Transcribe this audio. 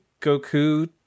Goku